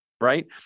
right